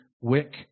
wick